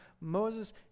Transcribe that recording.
Moses